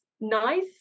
nice